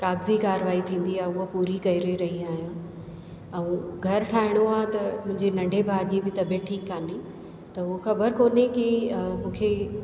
कागज़ी कार्यवाही थींदी आहे उहा पूरी करे रही आहियां ऐं घर ठाहिणो आहे त मुंहिंजे नंढे भाउ जी बि तबियत ठीकु कान्हे त उहो ख़बर कोन्हे कि मूंखे